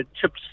chips